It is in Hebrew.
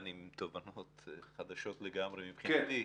אני יוצא מכאן עם תובנות חדשות לגמרי, מבחינתי.